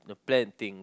the planned things